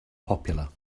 popular